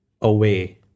away